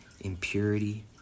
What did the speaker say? impurity